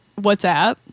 WhatsApp